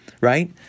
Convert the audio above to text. right